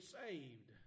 saved